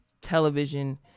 television